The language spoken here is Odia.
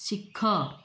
ଶିଖ